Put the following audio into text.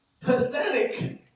pathetic